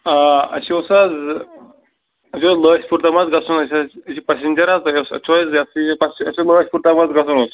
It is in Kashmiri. آ اَسہِ اوس حظ اَسہِ اوس لٲسۍ پوٗر تام حظ گژھُن اَسہِ حظ یہِ چھُ پَسنٛجر حظ تۄہہِ اوس اَسہِ اوس یہِ ہاسا یہِ اَسہِ حظ اوس لٲسۍ پوٗر تام گژھُن حظ